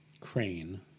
crane